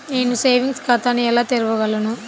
నేను సేవింగ్స్ ఖాతాను ఎలా తెరవగలను?